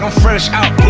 ah fresh out